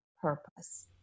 purpose